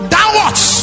Downwards